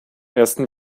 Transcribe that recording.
ersten